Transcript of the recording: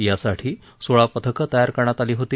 यासाठी सोळा पथकं तयार करण्यात आली होती